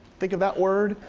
think of that word.